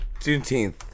Juneteenth